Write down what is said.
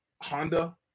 Honda